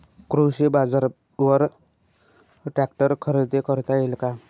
कृषी बाजारवर ट्रॅक्टर खरेदी करता येईल का?